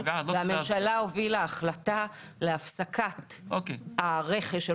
והממשלה הובילה חלטה להפסקת הרכש של